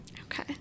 Okay